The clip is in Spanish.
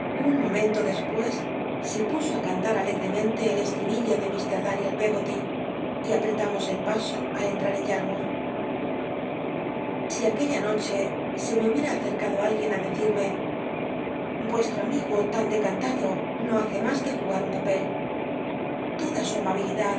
alcgteün momento despues se puso á cantar alegremente el estribillo de m daniel peggoly y apretamos el paso al cnllat en y ll'lnouth si aquella noche se me hnbica acecado alguien a decirme vuestro amigo tan dccanutdo no hace mas que j un papel toda su amabilidad